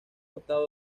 octavo